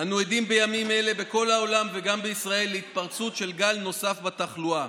אנו עדים בימים אלו בכל העולם וגם בישראל להתפרצות של גל נוסף בתחלואה.